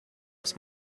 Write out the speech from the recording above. his